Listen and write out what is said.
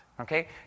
okay